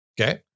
Okay